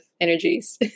energies